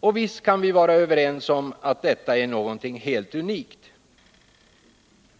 Och visst kan vi vara överens om att det här är någonting helt unikt.